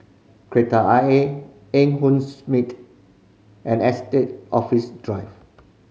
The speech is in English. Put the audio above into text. Kreta Ayer Eng Hoon and Estate Office Drive